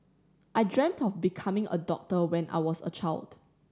I dreamt of becoming a doctor when I was a child